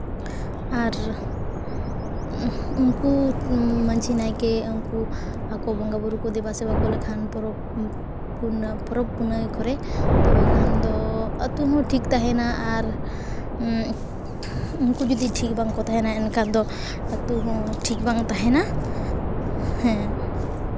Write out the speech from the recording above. ᱟᱨ ᱩᱱᱠᱩ ᱢᱟᱹᱡᱷᱤ ᱱᱟᱭᱠᱮ ᱩᱱᱠᱩ ᱟᱠᱚ ᱵᱚᱸᱜᱟᱼᱵᱳᱨᱳ ᱠᱚ ᱫᱮᱵᱟᱥᱮᱵᱟ ᱠᱚ ᱞᱮᱠᱷᱟᱱ ᱯᱚᱨᱚᱵᱽ ᱯᱩᱱᱟᱹᱭ ᱯᱚᱨᱚᱵᱽ ᱯᱩᱱᱟᱹᱭ ᱠᱚᱨᱮᱜ ᱛᱚᱵᱮ ᱠᱷᱟᱱᱫᱚ ᱟᱛᱳ ᱦᱚᱸ ᱴᱷᱤᱠ ᱛᱟᱦᱮᱱᱟ ᱟᱨ ᱩᱱᱠᱩ ᱡᱩᱫᱤ ᱴᱷᱤᱠ ᱵᱟᱝᱠᱚ ᱛᱟᱦᱮᱱᱟ ᱮᱱᱠᱷᱟᱱ ᱫᱚ ᱟᱛᱳ ᱦᱚᱸ ᱴᱷᱤᱠ ᱵᱟᱝ ᱛᱟᱦᱮᱱᱟ ᱦᱮᱸ